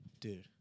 Dude